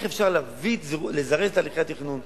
איך אפשר לזרז את הליכי התכנון